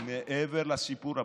ומעבר לסיפור הפוליטי,